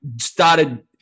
started